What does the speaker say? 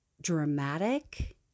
dramatic